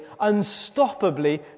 unstoppably